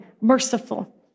merciful